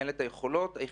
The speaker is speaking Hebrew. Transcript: אין לה את היכולות לכך.